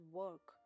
work